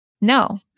No